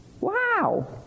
Wow